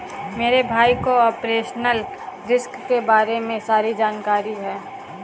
मेरे भाई को ऑपरेशनल रिस्क के बारे में सारी जानकारी है